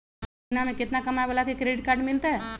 महीना में केतना कमाय वाला के क्रेडिट कार्ड मिलतै?